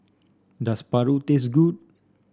does paru taste good